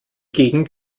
gegend